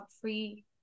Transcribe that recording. free